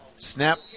Snap